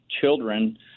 children